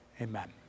Amen